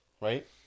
right